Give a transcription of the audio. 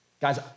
Guys